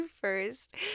first